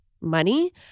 money